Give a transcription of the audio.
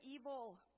evil